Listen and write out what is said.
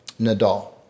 Nadal